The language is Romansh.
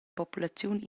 populaziun